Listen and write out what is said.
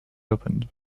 opened